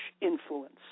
influence